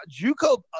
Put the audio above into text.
Juco